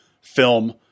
film